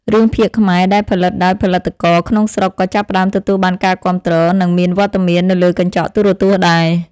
រឿងភាគខ្មែរដែលផលិតដោយផលិតករក្នុងស្រុកក៏ចាប់ផ្តើមទទួលបានការគាំទ្រ និងមានវត្តមាននៅលើកញ្ចក់ទូរទស្សន៍ដែរ។